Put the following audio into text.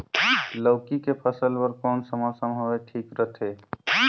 लौकी के फसल बार कोन सा मौसम हवे ठीक रथे?